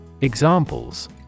Examples